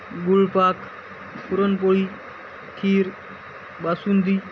गुळपाक puran poli kheer basundi